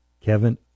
Kevin